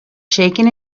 shaken